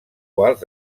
quals